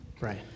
right